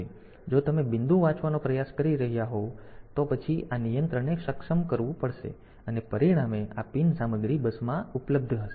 તેથી જો તમે બિંદુ વાંચવાનો પ્રયાસ કરી રહ્યાં હોવ તો પછી આ નિયંત્રણને સક્ષમ કરવું પડશે અને પરિણામે આ પિન સામગ્રી બસમાં ઉપલબ્ધ થશે